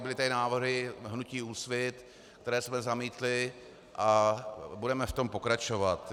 Byly tady návrhy hnutí Úsvit, které jsme zamítli, a budeme v tom pokračovat.